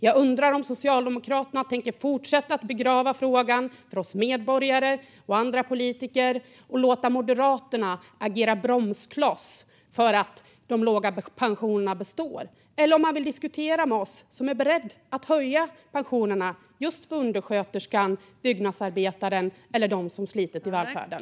Jag undrar om Socialdemokraterna tänker fortsätta att begrava frågan för oss medborgare och andra politiker och låta Moderaterna agera bromskloss så att de låga pensionerna kan bestå, eller om man vill diskutera med oss som är beredda att höja pensionerna just för undersköterskan, byggnadsarbetaren och den som slitit i välfärden.